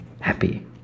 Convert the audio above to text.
happy